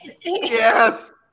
Yes